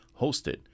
hosted